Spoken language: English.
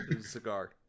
cigar